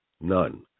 none